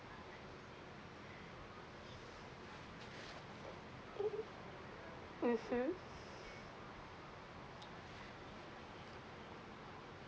mmhmm